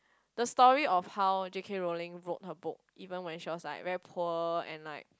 the story of how J_K-Rowling wrote her book even when she was like very poor and like